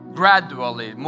gradually